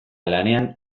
lanean